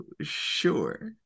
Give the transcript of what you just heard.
Sure